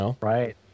Right